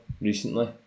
recently